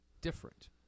different